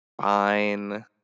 Fine